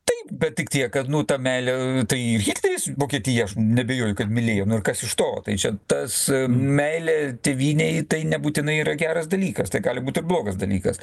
taip bet tik tiek kad nu ta meilė tai ir hitleris vokietiją aš neabejoju kad mylėjo nu ir kas iš to tai čia tas meilė tėvynei tai nebūtinai yra geras dalykas tai gali būt ir blogas dalykas